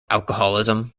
alcoholism